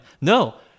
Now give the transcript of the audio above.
no